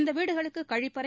இந்த வீடுகளுக்கு கழிப்பறை